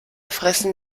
fressen